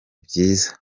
byiza